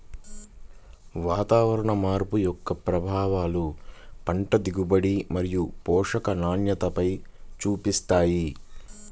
వాతావరణ మార్పు యొక్క ప్రభావాలు పంట దిగుబడి మరియు పోషకాల నాణ్యతపైన చూపిస్తాయి